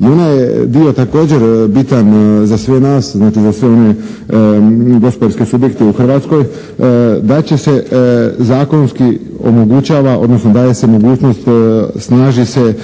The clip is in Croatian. I onaj dio također bitan za sve nas, znači za sve one gospodarske subjekte u Hrvatskoj da će se zakonski omogućava odnosno daje se mogućnost, snaži se